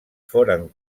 foren